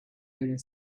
owner